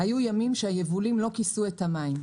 היו ימים שהיבולים לא כיסו את המים.